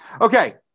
Okay